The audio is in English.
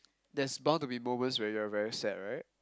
there's bound to be moments when you're very sad right